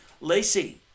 Lacey